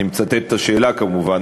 אני מצטט את השאלה כמובן,